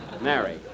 Mary